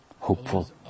Hopeful